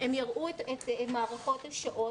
הם יראו את מערכות השעות,